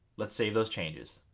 let's save those changes.